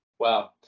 Wow